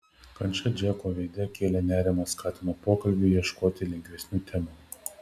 kančia džeko veide kėlė nerimą skatino pokalbiui ieškoti lengvesnių temų